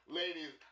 ladies